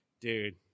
dude